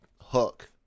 hook